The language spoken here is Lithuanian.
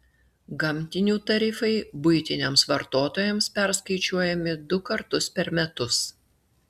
gamtinių tarifai buitiniams vartotojams perskaičiuojami du kartus per metus